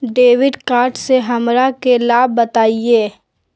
Debit card से हमरा के लाभ बताइए?